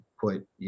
put